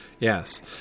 Yes